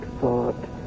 thought